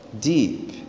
deep